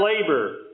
labor